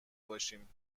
باشیم